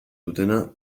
dutena